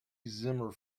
zimmer